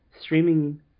streaming